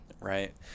Right